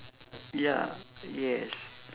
ya yes